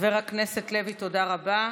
חבר הכנסת לוי, תודה רבה.